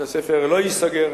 בית-הספר לא ייסגר,